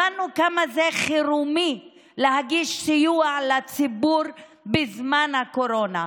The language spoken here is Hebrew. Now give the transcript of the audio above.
הבנו כמה זה חירומי להגיש סיוע לציבור בזמן הקורונה,